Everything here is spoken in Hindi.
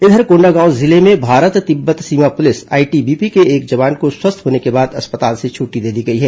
इधर कोंडागांव जिले में भारत तिब्बत सीमा पुलिस आईटीबीपी के एक जवान को स्वस्थ होने के बाद अस्पताल से छुट्टी दे दी गई है